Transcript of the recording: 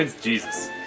Jesus